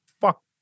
Fuck